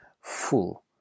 full